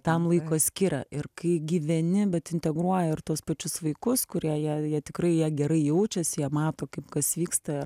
tam laiko skiria ir kai gyveni bet integruoji ir tuos pačius vaikus kurie jie jie tikrai jie gerai jaučias jie mato kaip kas vyksta